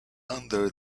under